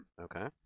Okay